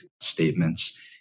statements